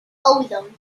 ozone